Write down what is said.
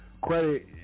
credit